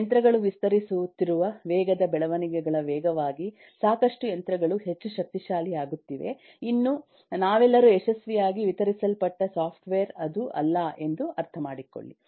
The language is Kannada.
ಯಂತ್ರಗಳು ವಿಸ್ತರಿಸುತ್ತಿರುವ ವೇಗದ ಬೆಳವಣಿಗೆಗಳ ವೇಗವಾಗಿ ಸಾಕಷ್ಟು ಯಂತ್ರಗಳು ಹೆಚ್ಚು ಶಕ್ತಿಶಾಲಿಯಾಗುತ್ತಿವೆ ಇನ್ನೂ ನಾವೆಲ್ಲರೂ ಯಶಸ್ವಿಯಾಗಿ ವಿತರಿಸಲ್ಪಟ್ಟ ಸಾಫ್ಟ್ವೇರ್ ಅದು ಅಲ್ಲ ಎಂದು ಅರ್ಥಮಾಡಿಕೊಳ್ಳಿ